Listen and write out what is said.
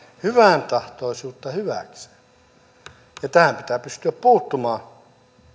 hyväntahtoisuuttamme hyväkseen ja tähän pitää pystyä puuttumaan